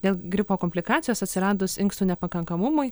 dėl gripo komplikacijos atsiradus inkstų nepakankamumui